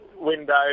window